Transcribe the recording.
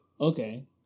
Okay